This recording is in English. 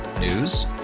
News